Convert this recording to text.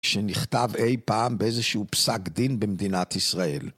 שנכתב אי פעם באיזשהו פסק דין במדינת ישראל.